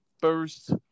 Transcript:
first